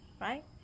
right